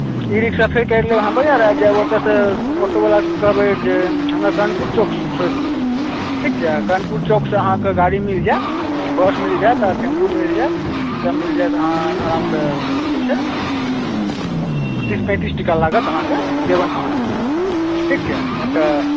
ई rickshaw फेर अहाँ करि लेब अहाँ बाज़ार आबि जायब ओतऽसॅं ऑटोवलाक कहबै जे हमरा कर्णपुर चौक छोड़ि दे ठीक छै कर्णपुर चौकसॅं अहाँकेॅं गाड़ी मिल जायत बस मिल जायत आर टेम्पो मिल जायत सभ मिल जायत अहाँ आरामसॅं जे छै तीस पैंतीस टका लागत अहाँकेॅं जेवन पहुँच जेबै अहाँ ठीक छै ओतय